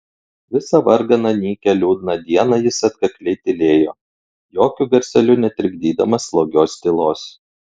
visą varganą nykią liūdną dieną jis atkakliai tylėjo jokiu garseliu netrikdydamas slogios tylos